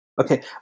okay